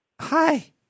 Hi